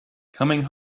coming